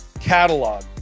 catalog